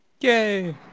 Yay